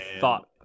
thought